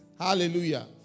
Hallelujah